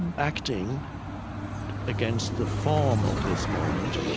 and acting against the form of this moment,